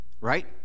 Right